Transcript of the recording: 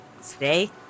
Stay